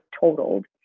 totaled